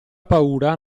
paura